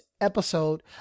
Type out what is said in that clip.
episode